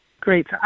Great